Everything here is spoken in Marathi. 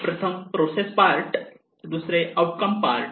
प्रथम प्रोसेस पार्ट दुसरे आउट कम पार्ट